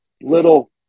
little